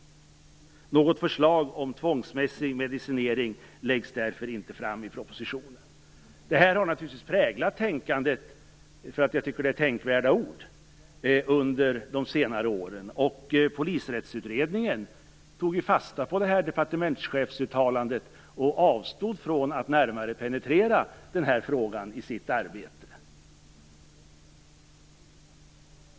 Något förslag om tvångsmässig medicinering läggs därför inte fram i propositionen. Detta har naturligtvis präglat tänkandet under de senare åren, och jag tycker att det är tänkvärda ord. Polisrättsutredningen tog fasta på detta departementschefsuttalande och avstod från att närmare penetrera den här frågan i sitt arbete.